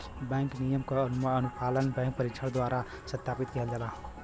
bank नियम क अनुपालन बैंक परीक्षक द्वारा सत्यापित किहल जाला